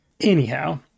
Anyhow